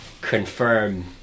confirm